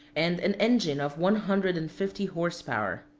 and an engine of one hundred and fifty horse-power.